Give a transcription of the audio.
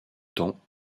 temps